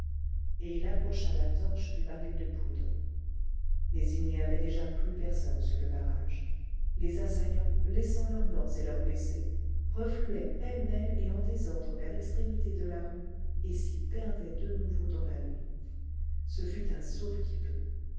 et il approcha la torche du baril de poudre mais il n'y avait déjà plus personne sur le barrage les assaillants laissant leurs morts et leurs blessés refluaient pêle-mêle et en désordre vers l'extrémité de la rue et s'y perdaient de nouveau dans la nuit ce fut un sauve-qui-peut